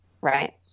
right